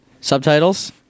Subtitles